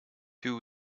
two